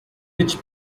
which